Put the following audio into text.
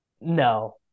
No